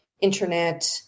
internet